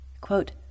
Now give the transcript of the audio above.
quote